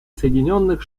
соединенных